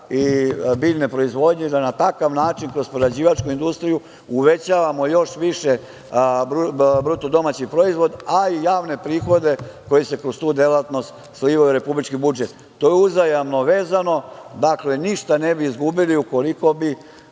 i biljne proizvodnje i da na takav način kroz prerađivačku industriju uvećavamo još više bruto domaći proizvod, a i javne prihode koji se kroz tu delatnost slivaju u republički budžet. To je uzajamno vezano. Dakle, ništa ne bi izgubili ukoliko bi